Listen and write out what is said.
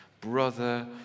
Brother